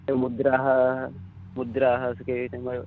एवं मुद्राः मुद्राः सके